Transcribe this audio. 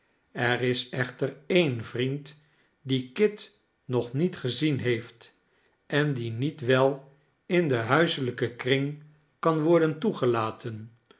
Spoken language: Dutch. er is echter een vriend dien kit nog niet gezien heeft en die niet wel in den huiselijken kring kan worden toegelaten